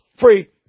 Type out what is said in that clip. free